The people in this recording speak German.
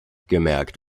gemerkt